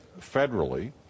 federally